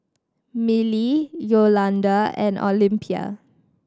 Milly Yolonda and Olympia